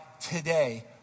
today